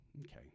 Okay